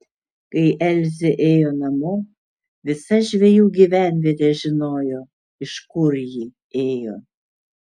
kai elzė ėjo namo visa žvejų gyvenvietė žinojo iš kur ji ėjo